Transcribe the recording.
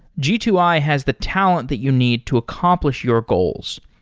g two i has the talent that you need to accomplish your goals.